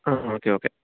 ആ okay okay